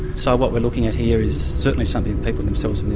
so what we're looking at here is certainly something the people themselves